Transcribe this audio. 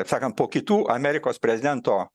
kaip sakant po kitų amerikos prezidento